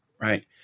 right